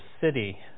city